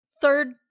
third